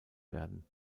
werden